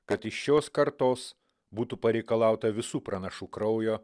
kad iš šios kartos būtų pareikalauta visų pranašų kraujo